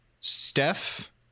Steph